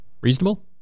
Reasonable